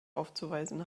aufzuweisen